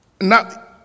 Now